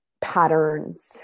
patterns